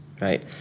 right